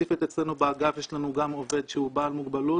ספציפית אצלנו באגף יש לנו גם עובד שהוא בעל מוגבלות